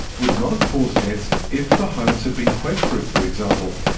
would not have caused deaths if the homes had been quake proof, for example.